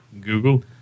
Google